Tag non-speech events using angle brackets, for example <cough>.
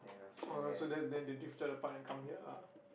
<noise> oh that's then they drifted apart and come here lah